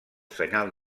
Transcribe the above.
senyal